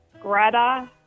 Greta